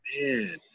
man